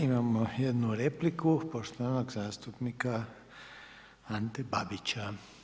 Imamo jednu repliku, poštovanog zastupnika Ante Babića.